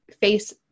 face